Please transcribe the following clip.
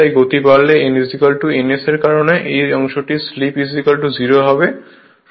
তাই গতি বাড়ালে n n S এর কারণে এই অংশটির স্লিপ 0 হবে